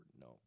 No